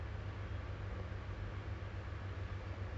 uh genshin impact one of them um